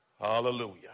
Hallelujah